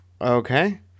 Okay